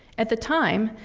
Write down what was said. at the time,